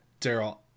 daryl